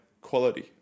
quality